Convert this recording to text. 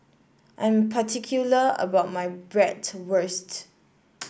I'm particular about my Bratwurst